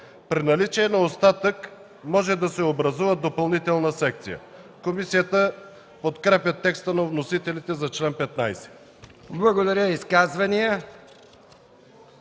При наличие на остатък може да се образува допълнителна секция.” Комисията подкрепя текста на вносителите за чл. 15. ПРЕДСЕДАТЕЛ